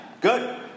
good